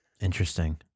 Interesting